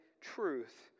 truth